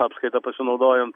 apskaita pasinaudojant